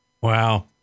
Wow